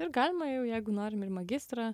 ir galima jau jeigu norim ir magistrą